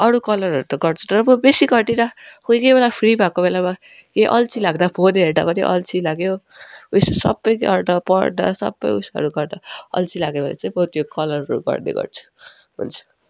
अरू कलरहरू त गर्छु तर म बेसी गर्दिनँ कोही कोही बेला फ्री भएको बेलामा ए अल्छी लाग्दा फोन हेर्दा पनि अल्छी लाग्यो उयो सब अन्त पढ्दा सब उयसहरू गर्दा अल्छी लाग्यो भने चाहिँ म त्यो कलरहरू गर्ने गर्छु हुन्छ